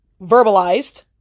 verbalized